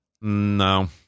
No